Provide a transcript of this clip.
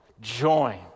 join